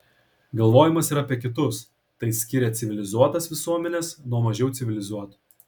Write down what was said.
galvojimas ir apie kitus tai skiria civilizuotas visuomenes nuo mažiau civilizuotų